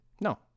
No